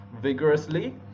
vigorously